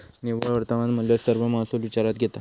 निव्वळ वर्तमान मुल्य सर्व महसुल विचारात घेता